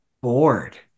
bored